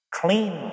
clean